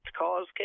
cause